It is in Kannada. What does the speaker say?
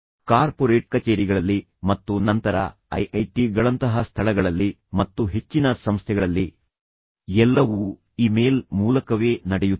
ಕಾರ್ಪೊರೇಟ್ ಕಚೇರಿಗಳಲ್ಲಿ ಮತ್ತು ನಂತರ ಐ ಐ ಟಿ ಗಳಂತಹ ಸ್ಥಳಗಳಲ್ಲಿ ಮತ್ತು ಹೆಚ್ಚಿನ ಸಂಸ್ಥೆಗಳಲ್ಲಿ ಎಲ್ಲವೂ ಇಮೇಲ್ ಮೂಲಕವೇ ನಡೆಯುತ್ತದೆ